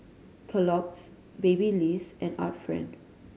Kellogg's Babyliss and Art Friend